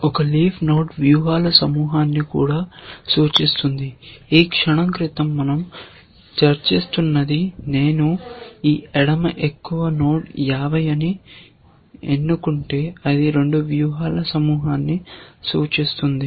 ఒక leaf node వ్యూహాల సమూహాన్ని కూడా సూచిస్తుంది ఈ క్షణం క్రితం మనం చర్చిస్తున్నది నేను ఈ ఎడమ ఎక్కువ నోడ్ 50 ని ఎన్నుకుంటే అది 2 వ్యూహాల సమూహాన్ని సూచిస్తుంది